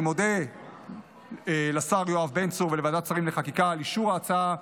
אני מודה לשר יואב בן צור ולוועדת שרים לחקיקה על אישור ההצעה,